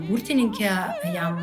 burtininkė jam